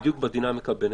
בדיוק בדינמיקה בינינו,